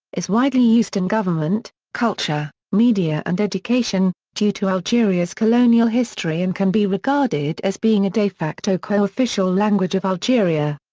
is widely used in government, culture, media and education, due to algeria's colonial history and can be regarded as being a de facto co-official language of algeria.